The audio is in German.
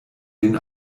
den